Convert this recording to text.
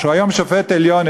שהיום הוא שופט בית-המשפט העליון,